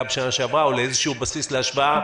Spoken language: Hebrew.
בשנה שעברה או לאיזשהו בסיס להשוואה?